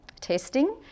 testing